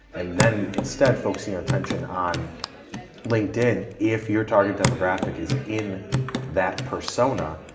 and then instead focusing your attention on linkedin, if your target demographic is in that personae,